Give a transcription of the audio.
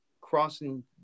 crossing